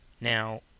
Now